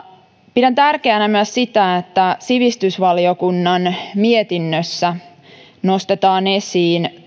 pidän tärkeänä myös sitä että sivistysvaliokunnan mietinnössä nostetaan esiin